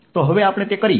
તો હવે આપણે તે કરીએ